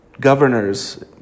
Governors